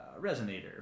resonator